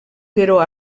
però